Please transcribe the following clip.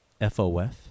FOF